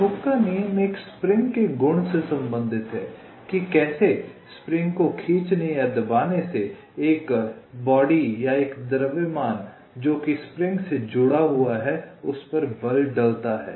hook का नियम एक स्प्रिंग के गुण से संबंधित है कि कैसे स्प्रिंग को खींचने या दबाने से एक शरीर या एक द्रव्यमान जोकि स्प्रिंग से जुड़ा हुआ है उस पर बल डलता है